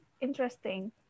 interesting